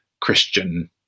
Christian